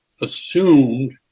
assumed